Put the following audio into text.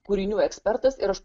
kūrinių ekspertas ir aš